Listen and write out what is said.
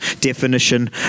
definition